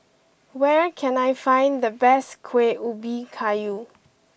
where can I find the best Kuih Ubi Kayu